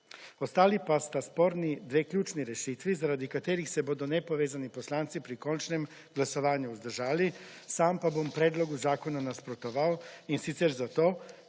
Ostali pa sta sporni dve ključni rešitvi, zaradi katerih se bodo nepovezani poslanci pri končnem glasovanju vzdržali, sam pa bom predlogu zakona nasprotoval in sicer zato,